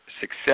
success